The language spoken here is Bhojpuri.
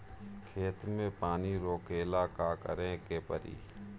खेत मे पानी रोकेला का करे के परी?